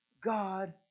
God